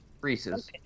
Reese's